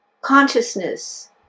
consciousness